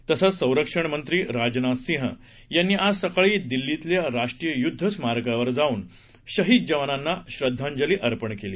तसंच संरक्षण मंत्री राजनाथ सिंह यांनी आज सकाळी दिल्लीतल्या राष्ट्रीय युद्ध स्मारकावर जाऊन शहीद जवानांना श्रद्धांजली अर्पण केली